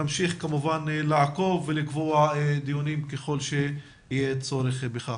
נמשיך כמובן לעקוב ולקבוע דיונים נוספים ככל שיהיה צורך בכך.